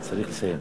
צריך לסיים.